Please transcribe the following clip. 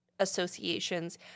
Associations